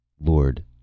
Lord